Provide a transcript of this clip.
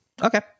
okay